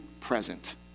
present